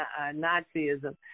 Nazism